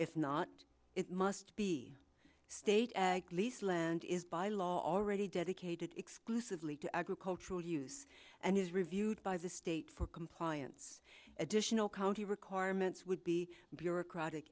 if not it must be state ag lease land is by law already dedicated exclusively to agricultural use and is reviewed by the state for compliance additional county requirements would be bureaucratic